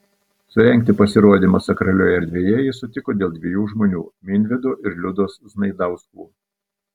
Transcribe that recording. surengti pasirodymą sakralioje erdvėje jis sutiko dėl dviejų žmonių minvydo ir liudos znaidauskų